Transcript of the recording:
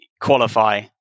qualify